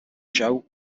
show